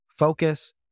Focus